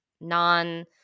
non